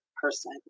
person